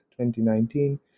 2019